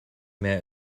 mehr